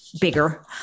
bigger